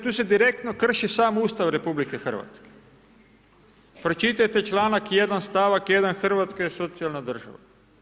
Tu se direktno krši sam Ustav RH, pročitajte članak 1. stavak 1. Hrvatska je socijalna država.